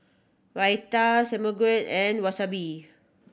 Raita Samgeyopsal and Wasabi